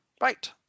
Right